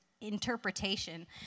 interpretation